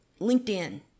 LinkedIn